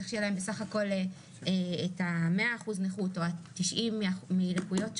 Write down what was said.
צריך שיהיה להם 100% או 90% מלקויות שונות,